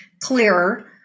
clearer